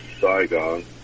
Saigon